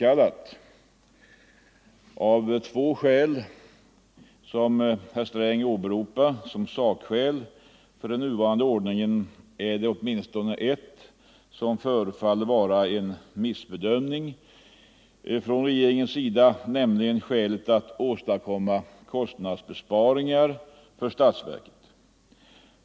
Av de två skäl som herr Sträng åberopar som sakskäl för den nuvarande ordningen är det åtminstone ett som förefaller vara en felbedömning från regeringens sida, nämligen skälet att åstadkomma kostnadsbesparingar för statsverket.